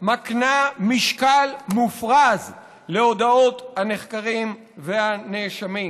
מקנה משקל מופרז להודאות הנחקרים והנאשמים.